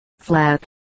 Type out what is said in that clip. flat